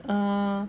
err